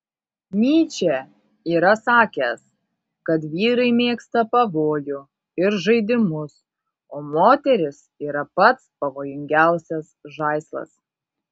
nyčė yra sakęs kad vyrai mėgsta pavojų ir žaidimus o moterys yra pats pavojingiausias žaislas